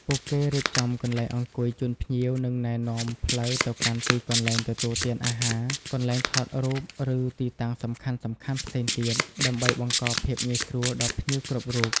ពួកគេរៀបចំ កន្លែងអង្គុយ ជូនភ្ញៀវ និង ណែនាំផ្លូវ ទៅកាន់ទីកន្លែងទទួលទានអាហារ កន្លែងថតរូប ឬទីតាំងសំខាន់ៗផ្សេងទៀត ដើម្បីបង្កភាពងាយស្រួលដល់ភ្ញៀវគ្រប់រូប។